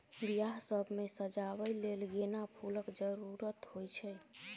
बियाह सब मे सजाबै लेल गेना फुलक जरुरत होइ छै